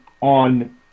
on